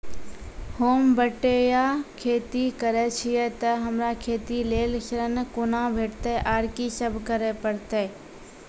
होम बटैया खेती करै छियै तऽ हमरा खेती लेल ऋण कुना भेंटते, आर कि सब करें परतै?